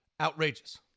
outrageous